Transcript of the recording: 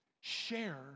share